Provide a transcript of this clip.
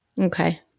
Okay